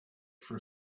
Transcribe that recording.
for